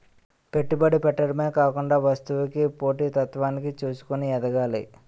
పెట్టుబడి పెట్టడమే కాకుండా వస్తువుకి పోటీ తత్వాన్ని చూసుకొని ఎదగాలి